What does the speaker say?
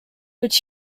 which